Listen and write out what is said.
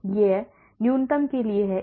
तो यह न्यूनतम के लिए है